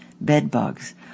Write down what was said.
bedbugs